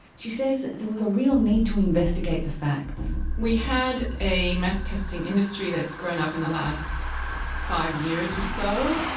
she says there was a real need to investigate the facts. we had a meth testing industry that's grown up in the last five years or so.